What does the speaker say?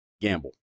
gamble